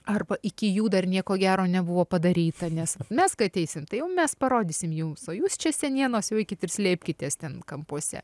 arba iki jų dar nieko gero nebuvo padaryta nes mes kai skaitysim tai jau mes parodysim jums o jūs čia senienos jau eikit ir slėpkitės ten kampuose